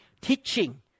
teaching